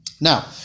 Now